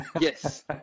Yes